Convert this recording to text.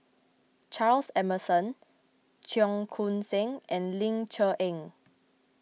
Charles Emmerson Cheong Koon Seng and Ling Cher Eng